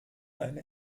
eine